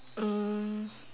mm